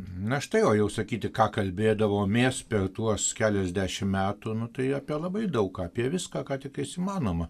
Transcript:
na štai o jau sakyti ką kalbėdavomės per tuos keliasdešimt metų nu tai apie labai daug apie viską ką tik tais įmanoma